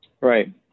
Right